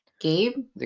Gabe